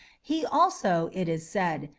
he also, it is said,